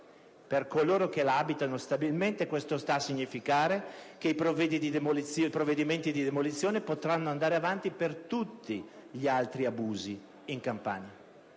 per coloro che la abitano stabilmente. Ciò sta a significare che i provvedimenti di demolizione potranno andare avanti per tutti gli altri abusi in Campania